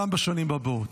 גם בשנים הבאות.